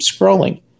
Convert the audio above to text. scrolling